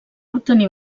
obtenir